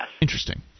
Interesting